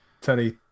Tony